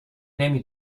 نمی